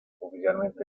oficialmente